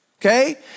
Okay